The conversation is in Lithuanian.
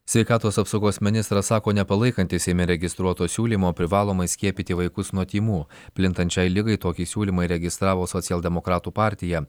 sveikatos apsaugos ministras sako nepalaikantis seime registruoto siūlymo privalomai skiepyti vaikus nuo tymų plintant šiai ligai tokį siūlymą įregistravo socialdemokratų partija